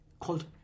called